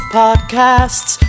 podcasts